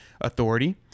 Authority